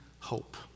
hope